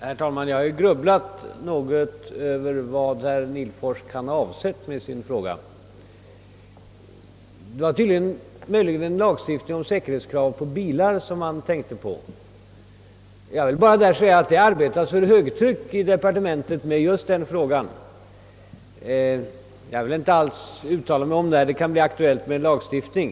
Herr talman! Jag har grubblat något över vad herr Nihlfors kan ha avsett med sin fråga. Det var tydligen en lagstiftning om säkerhetskrav för bilar som han tänkte på. Jag kan bara säga att det inom departementet arbetas för högtryck med just den frågan. Däremot vill jag inte alls uttala mig om när det kan bli aktuellt med en lagstiftning.